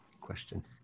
question